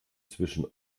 zwischen